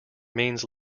means